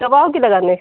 कब आओगी लगाने